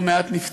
לא מעט נפצעו,